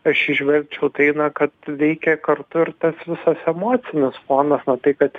aš įžvelgčiau tai na kad veikia kartu ir tas visas emocinis fonas na tai kad